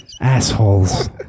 assholes